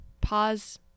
pause